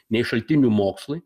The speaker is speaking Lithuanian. nei šaltinių mokslui